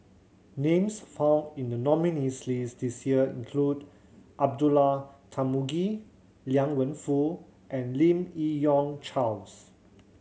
names found in the nominees' list this year include Abdullah Tarmugi Liang Wenfu and Lim Yi Yong Charles